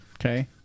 Okay